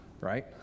right